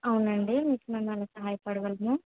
అవునండి మీకు మేము ఎలా సహాయపడగలము